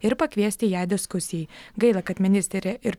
ir pakviesti ją diskusijai gaila kad ministrė ir